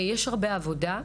יש הרבה עבודה.